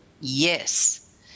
Yes